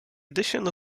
addition